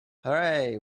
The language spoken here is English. hooray